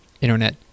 internet